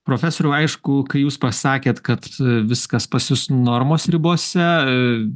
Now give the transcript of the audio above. profesoriau aišku kai jūs pasakėt kad viskas pas jus normos ribose